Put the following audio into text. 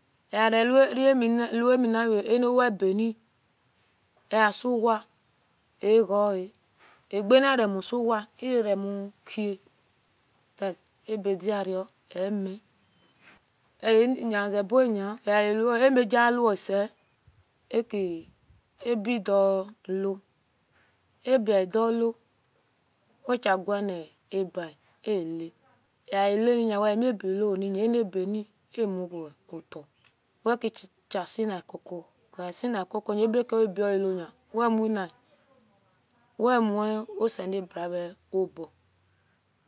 agerewamivano waeben easuwa avoa agenihiremusuwa aroare mukia cause ebediaro eme egeninazebuni weilere amigelase ebe edulu ebeakidulo wekagenabe alia alianin eniebeni amugota wekiehigilecoco wesilecoco anikeleadiana wemuln bioselebua obo